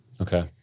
Okay